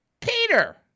Peter